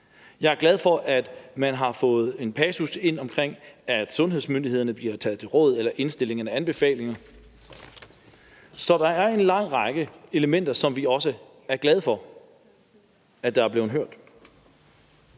Jeg er også glad for, at man har fået den passus ind om, at sundhedsmyndighederne bliver taget med på råd i forbindelse med indstillinger og anbefalinger. Så der er en lang række elementer, som vi også er glade for der er blevet hørt